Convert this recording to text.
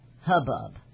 Hubbub